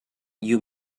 you